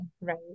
right